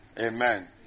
Amen